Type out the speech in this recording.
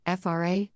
FRA